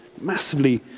massively